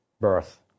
birth